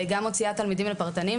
גם מוציאה תלמידים פרטניים,